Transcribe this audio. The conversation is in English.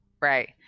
right